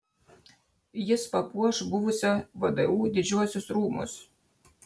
jis papuoš buvusio vdu didžiuosius rūmus